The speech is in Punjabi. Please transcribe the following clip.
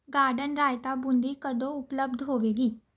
ਗਾਰਡਨ ਰਾਇਤਾ ਬੂੰਦੀ ਕਦੋਂ ਉਪਲੱਬਧ ਹੋਵੇਗੀ